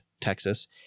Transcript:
Texas